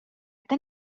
tan